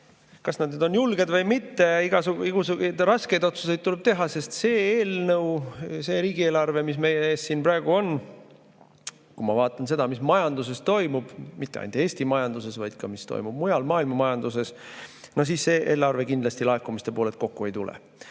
kas nad on julged või mitte, aga igasugu raskeid otsuseid tuleb teha. See eelnõu, see riigieelarve, mis meie ees siin praegu on – kui ma vaatan seda, mis majanduses toimub, ja mitte ainult Eesti majanduses, vaid ka mujal maailma majanduses –, kindlasti laekumiste poolelt kokku ei tule.